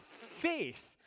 faith